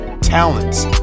talents